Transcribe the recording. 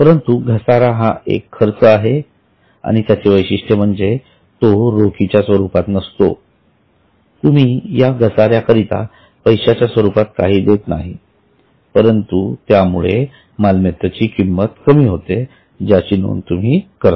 परंतु घसारा हा एक खर्च आहे आणि त्याचे वैशिष्ट्य म्हणजे तो रोखीच्या स्वरुपात नसतो तुम्ही या घसार्या करिता पैशाच्या रूपात काही देत नाही परंतु त्यामुळे मालमत्तेची किंमत कमी होते ज्याची नोंद तुम्ही करता